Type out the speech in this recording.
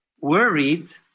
worried